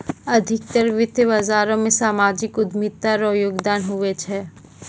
अधिकतर वित्त बाजारो मे सामाजिक उद्यमिता रो योगदान हुवै छै